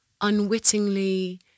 unwittingly